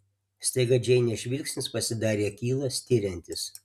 staiga džeinės žvilgsnis pasidarė akylas tiriantis